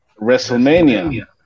WrestleMania